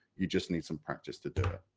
you just need some practice to do it.